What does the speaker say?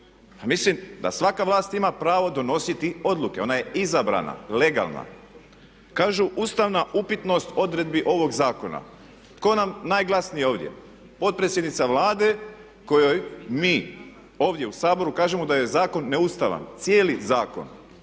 mislim da svaka vlast ima pravo donositi odluke, ona je izabrana, legalna. Kažu ustavna upitnost odredbi ovog zakona. Tko nam je najglasniji ovdje? Potpredsjednica Vlade kojoj mi ovdje u Saboru kažemo da je zakon neustavan, cijeli zakon.